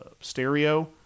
stereo